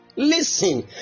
Listen